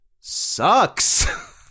sucks